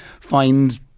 find